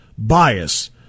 Bias